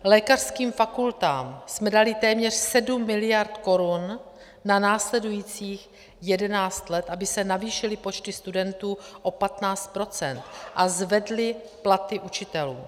Lékařským fakultám jsme dali téměř 7 mld. korun na následujících jedenáct let, aby se navýšily počty studentů o 15 %, a zvedli platy učitelům.